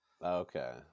Okay